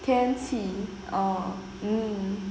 天气 or mm